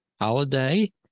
holiday